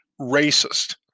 racist